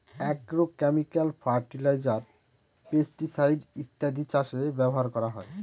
agrochemical fertiliser, pesticide ইত্যাদি চাষে ব্যবহার করা হয়